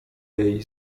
jej